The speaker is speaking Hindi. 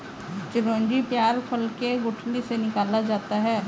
चिरौंजी पयार फल के गुठली से निकाला जाता है